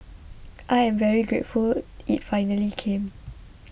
I am very grateful it finally came